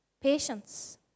patience